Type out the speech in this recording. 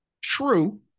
True